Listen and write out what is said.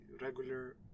regular